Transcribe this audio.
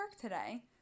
today